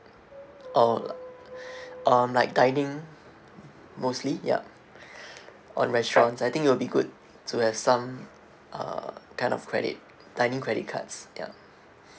oh um like dining mostly yup on restaurants I think it will be good to have some uh kind of credit dining credit cards ya